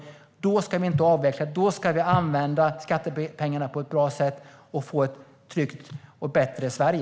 Då ska vi inte avveckla det. Då ska vi använda skattepengarna på ett bra sätt och få ett tryggt och bättre Sverige.